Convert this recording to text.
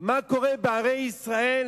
מה קורה בערי ישראל